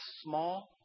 small